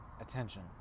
attention